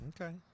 okay